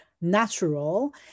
natural